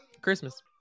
Christmas